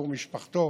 עבור משפחתו,